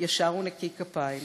ישר ונקי כפיים,